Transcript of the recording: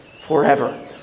forever